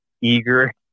eager